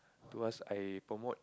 tuas I promote